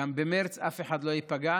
וגם במרץ אף אחד לא ייפגע,